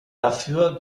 dafür